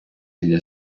для